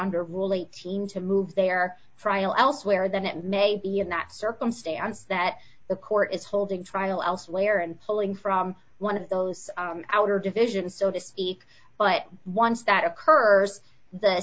under rule eighteen to move their frail elsewhere then it may be in that circumstance that the court is holding final elsewhere and pulling from one of those outer division so to speak but once that occurs the